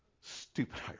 Stupid